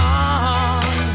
on